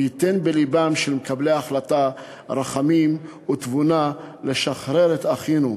וייתן בלבם של מקבלי החלטה רחמים ותבונה לשחרר את אחינו.